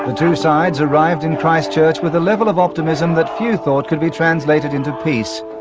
two sides arrived in christchurch with a level of optimism that few thought could be translated into peace.